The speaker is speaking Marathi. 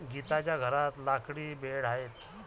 गीताच्या घरात लाकडी बेड आहे